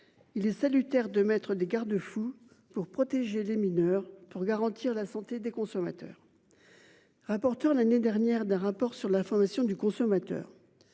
Il est salutaire de mettre des garde-fous pour protéger les mineurs pour garantir la santé des consommateurs. Rapporteur l'année dernière d'un rapport sur l'information du consommateur.